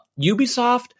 ubisoft